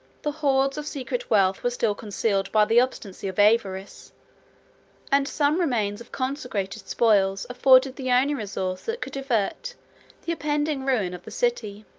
the hoards of secret wealth were still concealed by the obstinacy of avarice and some remains of consecrated spoils afforded the only resource that could avert the impending ruin of the city.